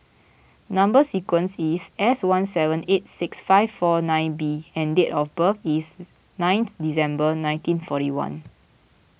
Number Sequence is S one seven eight six five four nine B and date of birth is ninth December nineteen forty one